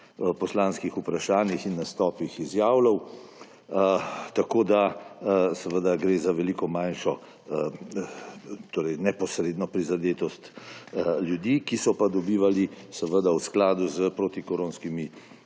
poslanskih vprašanjih in nastopih izjavljal. Tako seveda gre za veliko manjšo neposredno prizadetost ljudi, ki so pa dobivali v skladu s protikoronskimi